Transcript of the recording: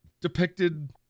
depicted